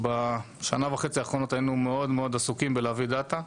בשנה וחצי האחרונות היינו מאוד מאוד עסוקים בלהביא דאטה.